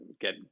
get